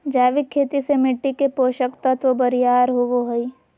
जैविक खेती से मिट्टी के पोषक तत्व बरियार होवो हय